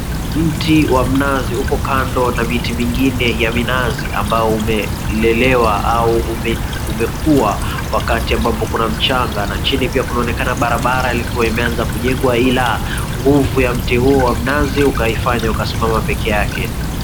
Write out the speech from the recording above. Mti wa mnazi uko kando na miti mingine ya minazi ambao umelelewa au umekua wakati ambapo kuna mchanga na chini pia kunaonekana barabara liko imeanza kujengwa ila nguvu ya mti huo wa mnazi ukaifanya ukasimama peke yake.